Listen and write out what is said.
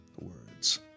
words